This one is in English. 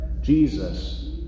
Jesus